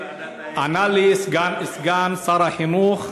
וענה לי סגן שר החינוך,